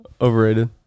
Overrated